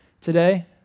Today